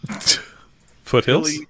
foothills